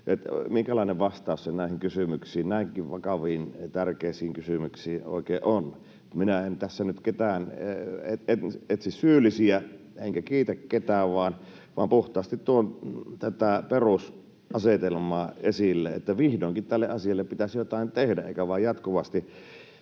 minkälainen vastaus se oikein on näihin kysymyksiin, näinkin vakaviin, tärkeisiin kysymyksiin. Minä en tässä nyt etsi syyllisiä enkä kiitä ketään, vaan puhtaasti tuon tätä perusasetelmaa esille, että vihdoinkin tälle asialle pitäisi jotain tehdä eikä vain jatkuvasti